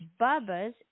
Bubba's